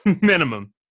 minimum